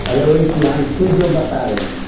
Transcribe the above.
अरे वही तियानसू जो बता रहे हैं